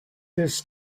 his